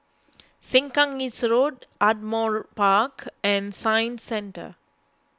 Sengkang East Road Ardmore Park and Science Centre